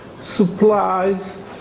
supplies